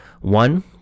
One